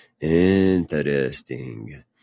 Interesting